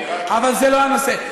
אבל זה לא הנושא.